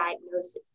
diagnosis